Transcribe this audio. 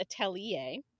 Atelier